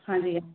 ਹਾਂਜੀ ਹਾਂ